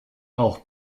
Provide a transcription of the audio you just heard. auch